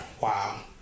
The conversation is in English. Wow